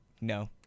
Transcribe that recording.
No